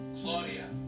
Claudia